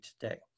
today